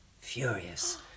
furious